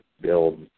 build